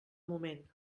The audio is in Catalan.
moment